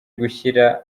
gushyira